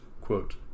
quote